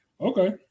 Okay